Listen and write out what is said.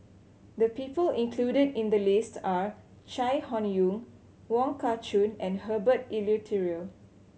the people included in the list are Chai Hon Yoong Wong Kah Chun and Herbert Eleuterio